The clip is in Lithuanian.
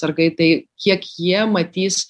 sargai tai kiek jie matys